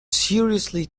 seriously